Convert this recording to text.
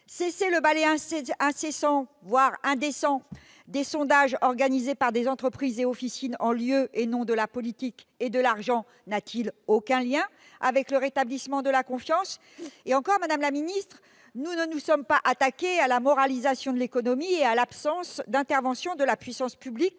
Cesser le ballet indécent et permanent des sondages organisés par des entreprises et officines en lieu et nom de la politique et de l'argent, cela n'a-t-il aucun lien avec le rétablissement de la confiance ? Et encore, madame la garde des sceaux, nous ne nous sommes pas attaqués à la moralisation de l'économie et à l'absence d'intervention de la puissance publique